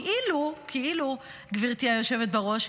כאילו, גברתי היושבת-ראש,